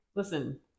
Listen